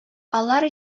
алар